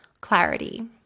clarity